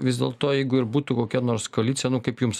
vis dėl to jeigu ir būtų kokia nors koalicija nu kaip jums